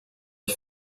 ich